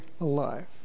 alive